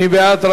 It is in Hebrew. מי בעד?